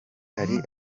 hari